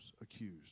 accused